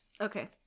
Okay